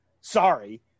Sorry